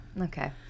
Okay